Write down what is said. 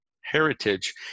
heritage